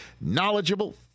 knowledgeable